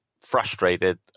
frustrated